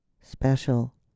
special